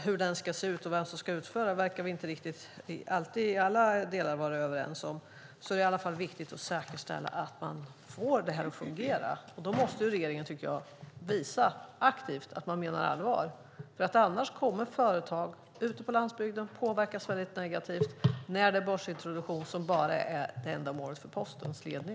Hur den ska se ut och vem som ska utföra den verkar vi inte alltid vara riktigt överens om i alla delar, men det är i alla fall viktigt att säkerställa att det fungerar. Då måste regeringen visa aktivt att man menar allvar. Annars kommer företag ute på landsbygden att påverkas väldigt negativt, när börsintroduktion är det enda målet för Postens ledning.